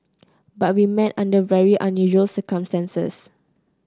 but we met under very unusual circumstances